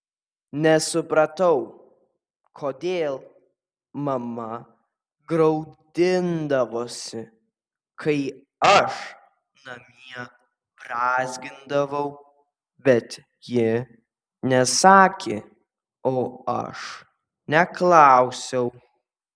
nesupratau kodėl mama graudindavosi kai aš namie brązgindavau bet ji nesakė o aš neklausiau